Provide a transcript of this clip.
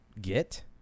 get